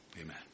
Amen